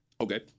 Okay